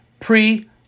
Pre